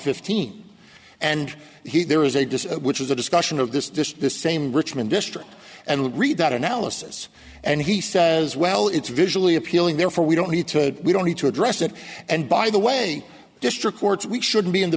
fifteen and he there is a just which is a discussion of this just the same richmond district and read that analysis and he says well it's visually appealing therefore we don't need to we don't need to address it and by the way district courts we should be in the